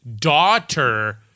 daughter